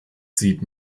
sieht